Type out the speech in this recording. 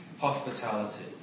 hospitality